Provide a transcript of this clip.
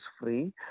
free